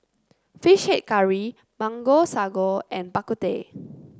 fish head curry Mango Sago and Bak Kut Teh